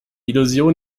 illusion